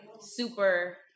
super